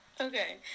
Okay